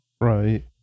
Right